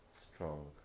strong